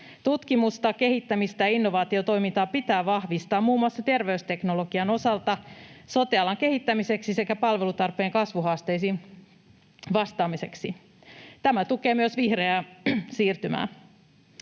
Tutkimusta, kehittämistä ja innovaatiotoimintaa pitää vahvistaa muun muassa terveysteknologian osalta, sote-alan kehittämiseksi sekä palvelutarpeen kasvuhaasteisiin vastaamiseksi. Tämä tukee myös vihreää siirtymää.